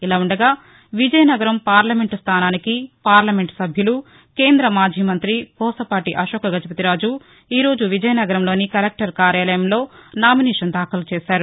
ఇలా ఉండగా విజయనగరం పార్లమెంటు స్థానానికి పార్లమెంటు సభ్యులు కేంద మాజీ మంతి పూసపాటి అశోక్ గజపతిరాజు ఈరోజు విజయనగరంలోని కలెక్టర్ కార్యాలయంలో నామినేషన్ దాఖలు చేశారు